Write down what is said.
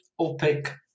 OPEC